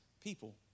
people